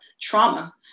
trauma